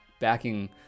backing